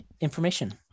information